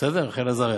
בסדר?